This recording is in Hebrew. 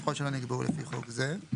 ככל שלא נקבעו לפי חוק זה.